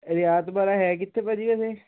ਰਿਆਤ ਬਾਹਰਾ ਹੈ ਕਿੱਥੇ ਭਾਅ ਜੀ ਵੈਸੇ